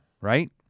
right